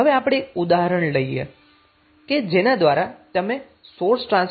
હવે આપણે એક ઉદાહરણ જોઈએ કે જેના દ્વારા તમે સોર્સ ટ્રાન્સફોર્મેશનનો ખ્યાલ સમજી શકશો